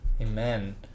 Amen